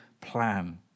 plan